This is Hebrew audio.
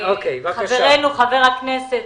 חבר הכנסת,